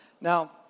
Now